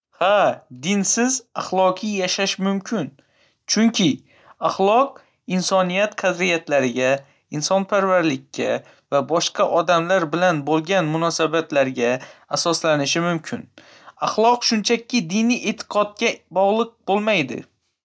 Ha, dinsiz axloqiy yashash mumkin, chunki axloq insoniyat qadriyatlariga, insonparvarlikka va boshqa odamlar bilan bo‘lgan munosabatlarga asoslanishi mumkin. Axloq shunchaki diniy e'tiqodga bog‘liq bo‘lmaydi.